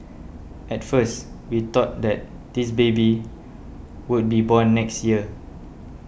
at first we thought that this baby would be born next year